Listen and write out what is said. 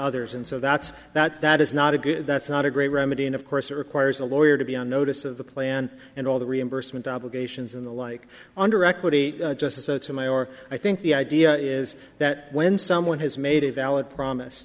others and so that's that that is not a good that's not a great remedy and of course it requires a lawyer to be on notice of the plan and all the reimbursement obligations in the like under equity justice sotomayor i think the i it is that when someone has made a valid promise